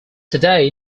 today